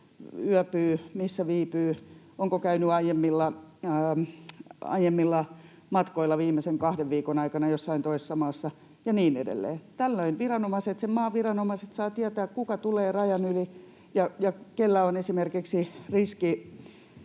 yöpyy, missä viipyy, onko käynyt aiemmilla matkoilla viimeisen kahden viikon aikana jossain toisessa maassa ja niin edelleen. Tällöin sen maan viranomaiset saavat tietää, kuka tulee rajan yli ja kellä on esimerkiksi